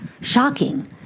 shocking